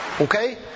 Okay